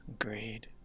agreed